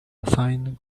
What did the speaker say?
sine